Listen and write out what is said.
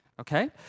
okay